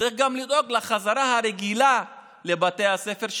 וצריך גם לדאוג לחזרה הרגילה לבתי הספר,